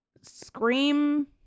Scream